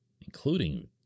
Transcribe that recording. including